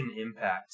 Impact